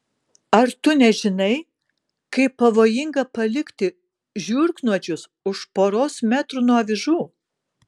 ar tu nežinai kaip pavojinga palikti žiurknuodžius už poros metrų nuo avižų